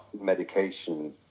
medication